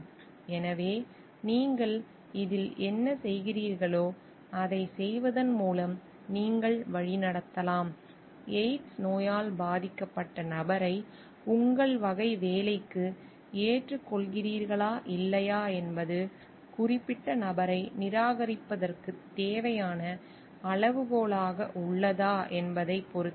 எனவே இதில் நீங்கள் என்ன செய்கிறீர்களோ அதைச் செய்வதன் மூலம் நீங்கள் வழிநடத்தலாம் எய்ட்ஸ் நோயால் பாதிக்கப்பட்ட நபரை உங்கள் வகை வேலைக்கு ஏற்றுக்கொள்கிறீர்களா இல்லையா என்பது குறிப்பிட்ட நபரை நிராகரிப்பதற்கு தேவையான அளவுகோலாக உள்ளதா என்பதைப் பொறுத்தது